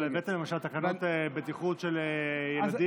אבל הבאתם למשל תקנות בטיחות של ילדים.